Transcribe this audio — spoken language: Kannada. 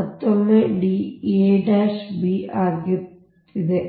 ಮತ್ತೊಮ್ಮೆ ಇದು dab ಆಗುತ್ತಿದೆ